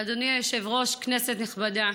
אדוני היושב-ראש, כנסת נכבדה,